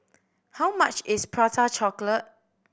how much is Prata Chocolate